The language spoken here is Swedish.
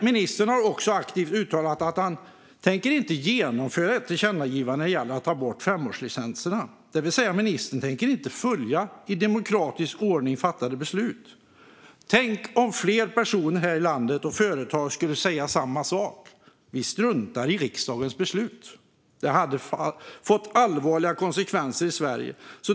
Ministern har också aktivt uttalat att han inte tänker genomföra ett tillkännagivande när det gäller att ta bort femårslicenserna. Det vill säga att ministern inte tänker följa i demokratisk ordning fattade beslut. Tänk om fler personer och företag här i landet skulle säga samma sak! "Vi struntar i riksdagens beslut." Det hade fått allvarliga konsekvenser i Sverige.